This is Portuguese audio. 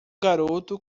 garoto